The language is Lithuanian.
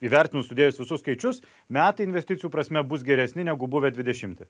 įvertinus sudėjus visus skaičius metai investicijų prasme bus geresni negu buvę dvidešimti